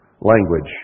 language